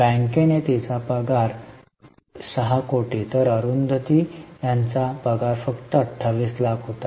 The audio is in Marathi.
बँकेने तिची पगार 6 कोटी तर अरुंधती यांना पगार फक्त 28 लाख आहे